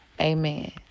Amen